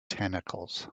tentacles